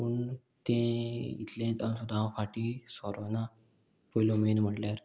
पूण तें इतलें जावन सुद्दां हांव फाटीं सोरोना पयलो मेन म्हटल्यार